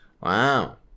Wow